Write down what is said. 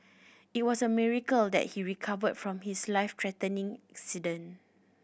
it was a miracle that he recovered from his life threatening